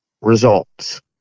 results